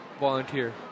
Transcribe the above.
volunteer